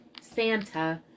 Santa